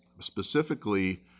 Specifically